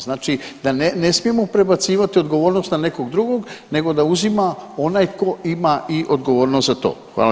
Znači da ne smijemo prebacivati odgovornost na nekog drugog, nego da uzima onaj tko ima i odgovornost za to.